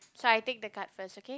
so I take the card first okay